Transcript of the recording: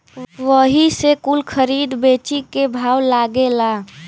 वही से कुल खरीद बेची के भाव लागेला